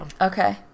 Okay